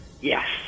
Yes